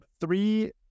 three